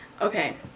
Okay